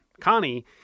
Connie